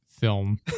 film